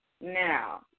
now